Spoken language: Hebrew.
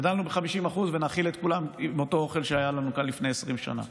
גדלנו ב-50% נאכיל את כולם עם אותו אוכל שהיה לנו כאן לפני 20 שנה.